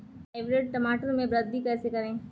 Hybrid टमाटर में वृद्धि कैसे करें?